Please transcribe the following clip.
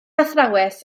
athrawes